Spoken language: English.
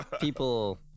people